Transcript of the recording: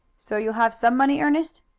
so you'll have some money, ernest?